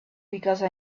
because